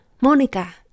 Monica